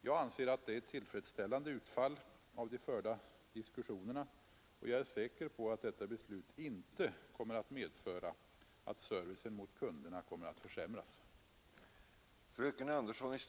Jag anser att det är ett tillfredsställande utfall av de förda diskussionerna och jag är säker på att detta beslut inte kommer att medföra att servicen mot kunderna försämras